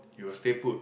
you will stay put